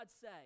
say